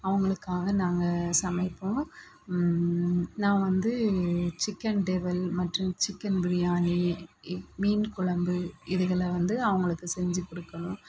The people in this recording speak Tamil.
அவங்களுக்காக நாங்கள் சமைப்போம் நான் வந்து சிக்கன் டெவில் மற்றும் சிக்கன் பிரியாணி மீன் குழம்பு இதைகள்ல வந்து அவங்களுக்கு செஞ்சு கொடுக்கணும்